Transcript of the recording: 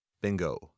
bingo